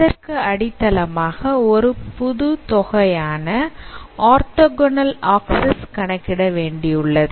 அதற்கு அடித்தளமாக ஒரு புது தொகையான ஆர்தொகோனல் ஆக்சிஸ் கணக்கிட வேண்டியுள்ளது